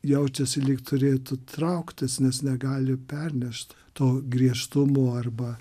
jaučiasi lyg turėtų trauktis nes negali pernešt to griežtumo arba